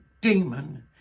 demon